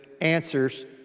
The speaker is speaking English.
answers